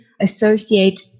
associate